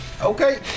Okay